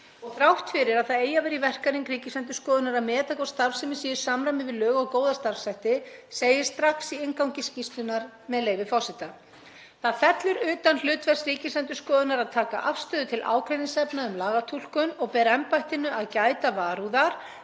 og þrátt fyrir að það eigi að vera í verkahring Ríkisendurskoðunar að meta hvort starfsemi sé í samræmi við lög og góða starfshætti segir strax í inngangi skýrslunnar, með leyfi forseta: „Það fellur utan hlutverks Ríkisendurskoðunar að taka afstöðu til ágreiningsefna um lagatúlkun og ber embættinu að gæta varúðar